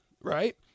right